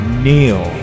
kneel